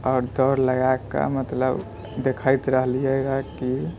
आओर दौड़ लगाकऽ मतलब देखैत रहलियै रहै कि